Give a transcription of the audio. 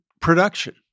production